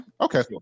Okay